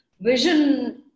vision